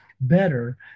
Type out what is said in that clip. better